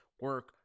Work